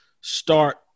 start